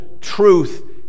truth